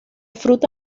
fruta